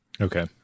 Okay